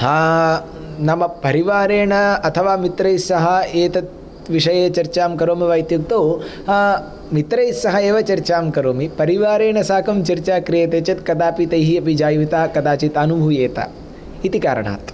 नाम परिवारेण अथवा मित्रैस्सह एतत् विषये चर्चां करोमि वा इत्युक्तौ मित्रैस्सह एव चर्चां करोमि परिवारेण साकं चर्चा क्रियते चेत् कदापि तैः अपि जायेता कदाचित् अनुभूयेत इति कारणात्